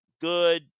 good